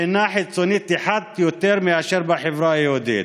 בחינה חיצונית אחת יותר מאשר בחברה היהודית.